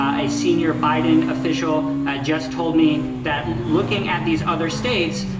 ah a senior biden official just told me that, looking at these other states,